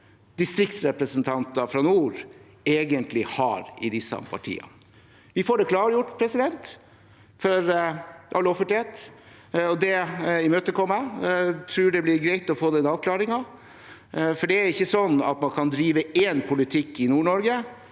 distriktsrepresentanter fra nord egentlig har i disse partiene. Vi får det klargjort – for all offentlighet – og det imøteser jeg. Jeg tror det blir greit å få den avklaringen, for det er ikke sånn at man kan drive én politikk i Nord-Norge